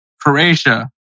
Croatia